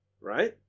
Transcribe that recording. right